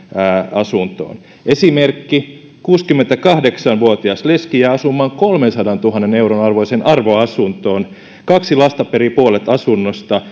asuntoon esimerkki kuusikymmentäkahdeksan vuotias leski jää asumaan kolmensadantuhannen euron arvoiseen arvoasuntoon kaksi lasta perii puolet asunnosta